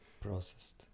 Processed